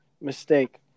mistake